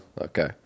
Okay